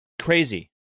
Crazy